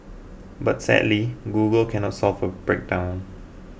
but sadly Google can not solve a breakdown